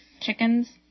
chickens